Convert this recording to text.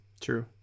True